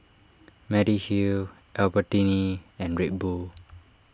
Mediheal Albertini and Red Bull